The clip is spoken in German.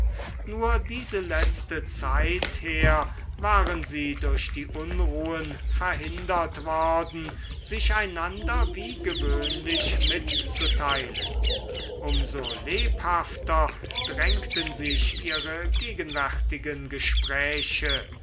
nur diese letzte zeit her waren sie durch die unruhen verhindert worden sich einander wie gewöhnlich mitzuteilen um so lebhafter drängten sich ihre gegenwärtigen gespräche